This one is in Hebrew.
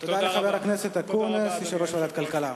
תודה לחבר הכנסת אקוניס, יושב-ראש ועדת הכלכלה.